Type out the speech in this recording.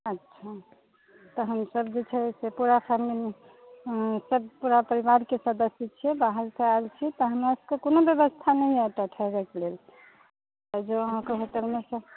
अच्छा तऽ हमसभ जे छै से पूरा फैमिली सभ पूरा परिवारके सदस्य छियै बाहरसँ आयल छी तऽ हमरा सभकेँ कोनो व्यवस्था नहि अछि एतऽ ठहरैके लेल जँ अहाँके होटलमे